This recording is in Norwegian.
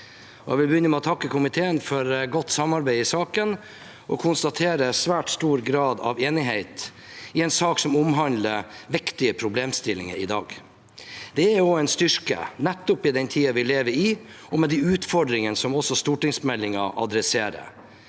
Jeg vil begynne med å takke komiteen for godt samarbeid i saken og konstatere svært stor grad av enighet i en sak som omhandler viktige problemstillinger i dag. Det er en styrke i den tiden vi lever i, med de utfordringene som også stortingsmeldingen tar opp.